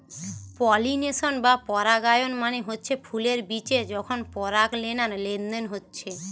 pollination বা পরাগায়ন মানে হচ্ছে ফুলের বিচে যখন পরাগলেনার লেনদেন হচ্ছে